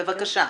בבקשה.